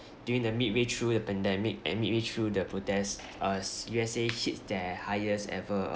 during the midway through the pandemic and midway through the protest uh s~ U_S_A hit their highest ever